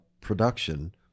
production